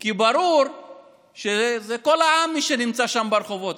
כי ברור שזה כל העם, מי שנמצא שם ברחובות.